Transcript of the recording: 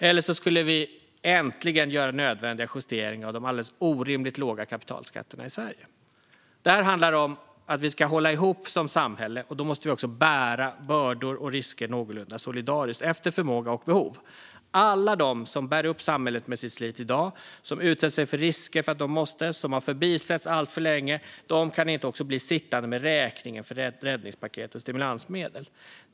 Eller så skulle vi äntligen göra nödvändiga justeringar av de alldeles orimligt låga kapitalskatterna i Sverige. Detta handlar om att vi ska hålla ihop som samhälle, och då måste vi också bära bördor och risker någorlunda solidariskt, efter förmåga och behov. Alla de som bär upp samhället med sitt slit i dag, som utsätter sig för risker för att de måste och som har förbisetts alltför länge kan inte också bli sittande med räkningen för räddningspaket och stimulansmedel.